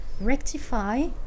rectify